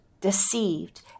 deceived